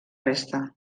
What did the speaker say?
resta